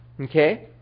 Okay